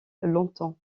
longtemps